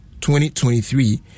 2023